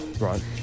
Right